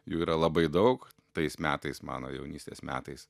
jų yra labai daug tais metais mano jaunystės metais